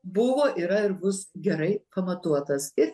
buvo yra ir bus gerai pamatuotas ir